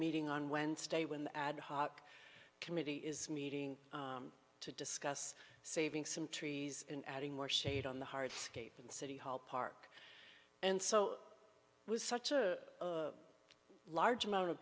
meeting on wednesday when the ad hoc committee is meeting to discuss saving some trees and adding more shade on the hard scape in city hall park and so was such a large amount of